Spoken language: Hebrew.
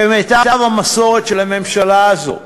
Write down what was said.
כמיטב המסורת של הממשלה הזאת,